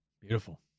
Beautiful